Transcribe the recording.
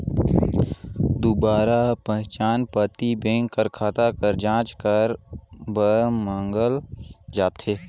दुबारा पहिचान पाती बेंक कर खाता कर जांच करे बर मांगल जाथे